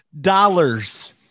dollars